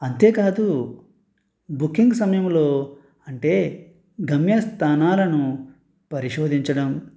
అంతేకాదు బుకింగ్ సమయంలో అంటే గమ్య స్థానాలను పరిశోధించడం